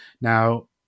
Now